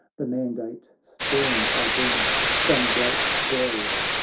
the mandate stern i bring from great darius,